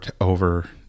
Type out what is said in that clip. over